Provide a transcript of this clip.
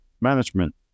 management